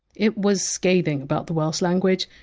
it was scathing about the welsh language,